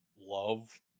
Love